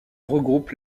regroupe